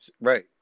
Right